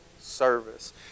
service